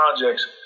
projects